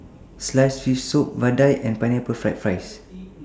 Sliced Fish Soup Vadai and Pineapple Fried Rice